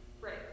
Right